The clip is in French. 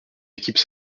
équipes